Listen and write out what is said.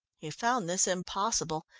he found this impossible,